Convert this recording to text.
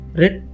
red